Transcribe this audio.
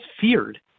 feared